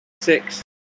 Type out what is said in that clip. six